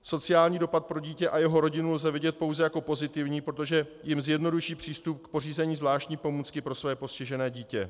Sociální dopad pro dítě a jeho rodinu lze vidět pouze jako pozitivní, protože jim zjednoduší přístup k pořízení zvláštní pomůcky pro svoje postižené dítě.